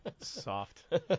Soft